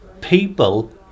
people